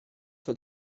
for